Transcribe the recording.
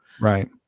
right